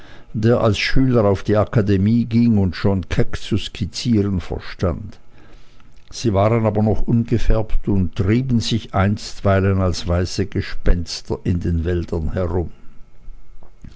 der als schüler auf die akademie ging und schon keck zu skizzieren verstand sie waren aber noch ungefärbt und trieben sich einstweilen als weiße gespenster in den wäldern herum